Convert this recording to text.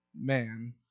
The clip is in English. man